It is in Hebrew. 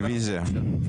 רביזיה.